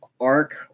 arc